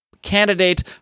candidate